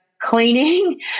cleaning